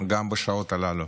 גם בשעות האלה.